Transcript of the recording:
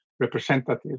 Representatives